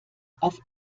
auf